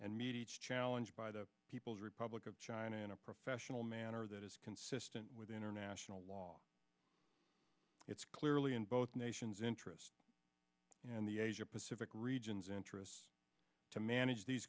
and meet each challenge by the people's republic of china in a professional manner that is consistent with international law it's clearly in both nation's interest and the asia pacific region as interests to manage these